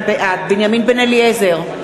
בעד בנימין בן-אליעזר,